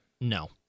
No